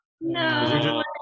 no